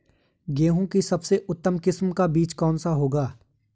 गेहूँ की सबसे उत्तम किस्म का बीज कौन सा होगा?